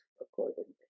accordingly